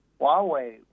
Huawei